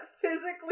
physically